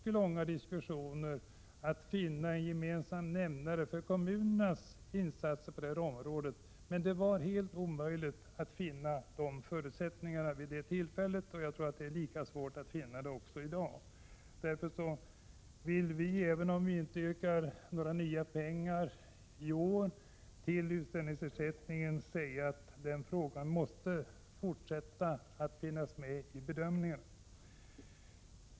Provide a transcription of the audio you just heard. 1986/87:100 gemensam nämnare för kommunernas insatser på detta område, men det var helt omöjligt att vid det tillfället skapa förutsättningar härför. Vi tror att det är lika svårt i dag. Även om vi i år inte yrkar på ytterligare medel till utställningsersättningen, har vi framhållit att den frågan måste finnas med i den fortsatta bedömningen.